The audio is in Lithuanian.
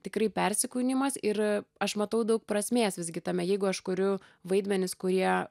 tikrai persikūnijimas ir aš matau daug prasmės visgi tame jeigu aš kuriu vaidmenis kurie